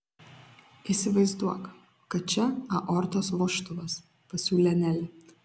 įsivaizduok kad čia aortos vožtuvas pasiūlė nelė